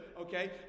okay